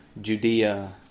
Judea